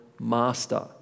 master